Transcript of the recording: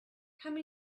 come